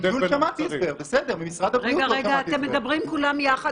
בסדר, מג'ול שמעתי את ההסבר.